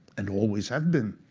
and always have been.